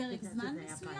לפרק זמן מסוים.